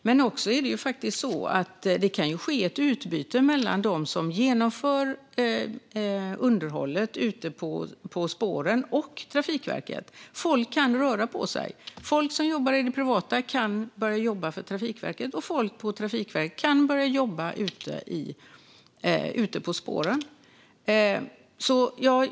Det kan också ske ett utbyte mellan dem som genomför underhållet ute på spåren och Trafikverket. Folk kan röra på sig. Folk som jobbar i det privata kan börja jobba för Trafikverket, och folk på Trafikverket kan börja jobba ute på spåren.